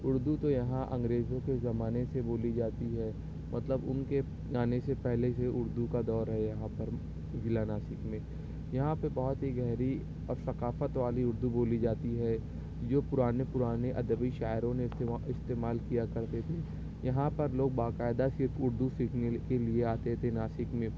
اردو تو یہاں انگریزوں کے زمانے سے بولی جاتی ہے مطلب ان کے آنے سے پہلے سے اردو کا دور ہے یہاں پر ضلع ناسک میں یہاں پہ بہت ہی گہری اور ثقافت والی اردو بولی جاتی ہے یہ پرانے پرانے ادبی شاعروں نے استعما استعمال کیا کرتے تھے یہاں پر لوگ باقاعدہ صرف اردو سیکھنے کے لیے آتے تھے ناسک میں